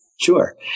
Sure